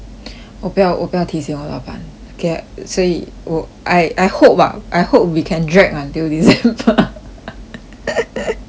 我不要我不要提醒我老板 get 所以我 I I hope ah I hope we can drag until december